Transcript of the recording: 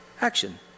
action